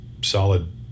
solid